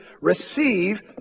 Receive